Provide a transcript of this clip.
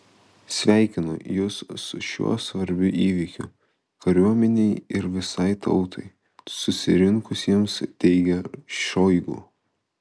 sveikinu jus su šiuo svarbiu įvykiu kariuomenei ir visai tautai susirinkusiems teigė šoigu